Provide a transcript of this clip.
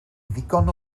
ddigon